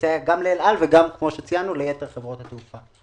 שיסייע כאמור גם לאל על וגם ליתר חברות התעופה.